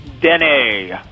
Denny